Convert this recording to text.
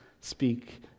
speak